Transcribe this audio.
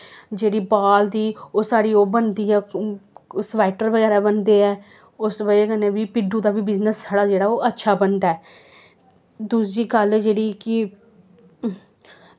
जेह्ड़ी बाल दी ओह् साढ़ी ओह् बनदी ऐ स्वैट्टर बगैरा बनदे ऐ उस बज़ह् कन्नै बी भिड्डू दा बी साढ़ा जेहड़ा ओह् अच्छा बनदा ऐ दूजी गल्ल जेह्ड़ी कि